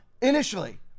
initially